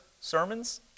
sermons